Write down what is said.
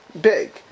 big